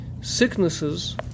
sicknesses